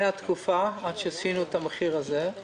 הייתה תקופה, עד שעשינו את המחיר הזה,